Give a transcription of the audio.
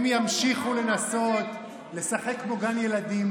הם ימשיכו לנסות לשחק פה בגן ילדים,